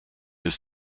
ist